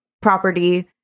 property